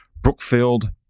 Brookfield